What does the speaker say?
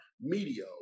media